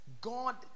God